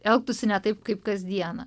elgtųsi ne taip kaip kasdieną